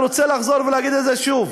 אני רוצה לחזור ולהגיד את זה שוב.